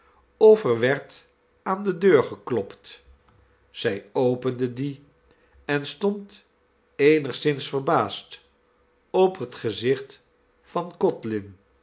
of er werd aan de deur geklopt zij opende die en stond eenigszins verbaasd op het gezicht van codlin